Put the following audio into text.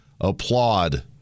applaud